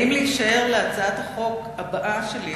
האם להישאר להצעת החוק הבאה שלי,